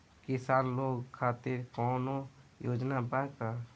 किसान लोग खातिर कौनों योजना बा का?